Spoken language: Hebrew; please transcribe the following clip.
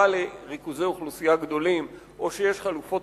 לריכוזי אוכלוסייה גדולים או שיש חלופות?